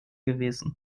gewesen